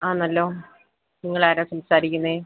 ആണല്ലോ നിങ്ങളാരാണ് സംസാരിക്കുന്നത്